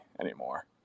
anymore